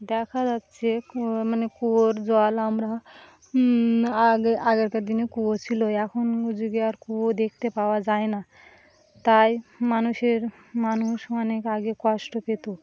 দেখা যাচ্ছে মানে কুয়োর জল আমরা আগে আগেকার দিনে কুয়ো ছিল এখন যুগে আর কুয়ো দেখতে পাওয়া যায় না তাই মানুষের মানুষ অনেক আগে কষ্ট পেত